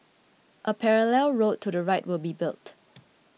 a parallel road to the right will be built